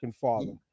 father